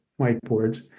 whiteboards